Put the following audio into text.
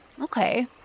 Okay